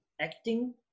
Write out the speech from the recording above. Acting